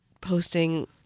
posting